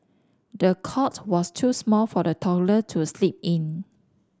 the cot was too small for the toddler to sleep in